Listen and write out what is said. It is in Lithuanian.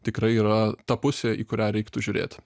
tikrai yra ta pusė į kurią reiktų žiūrėt